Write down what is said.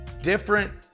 different